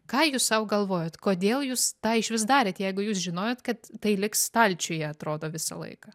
ką jūs sau galvojot kodėl jūs tą išvis darėt jeigu jūs žinojot kad tai liks stalčiuje atrodo visą laiką